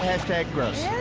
hashtag gross.